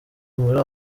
muri